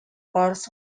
cars